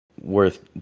worth